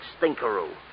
stinkeroo